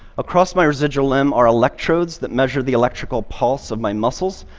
across my residual limb are electrodes that measure the electrical pulse of my muscles.